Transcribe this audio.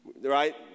right